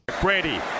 Brady